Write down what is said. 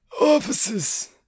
Officers